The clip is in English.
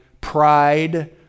pride